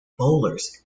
bowlers